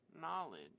knowledge